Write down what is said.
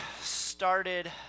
started